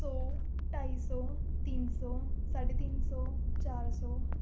ਸੌ ਢਾਈ ਸੌ ਤਿੰਨ ਸੌ ਸਾਢੇ ਤਿੰਨ ਸੌ ਚਾਰ ਸੌ